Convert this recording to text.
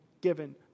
given